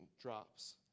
drops